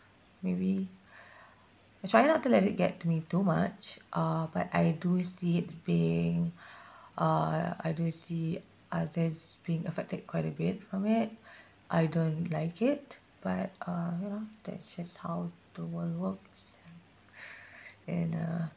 maybe I try not to let it get to me too much uh but I do see it being uh I do see others being affected quite a bit from it I don't like it but uh you know that's just how the world works ya and uh